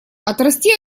отрасти